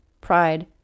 pride